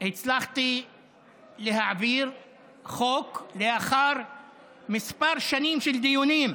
הצלחתי להעביר חוק לאחר כמה שנים של דיונים,